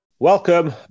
Welcome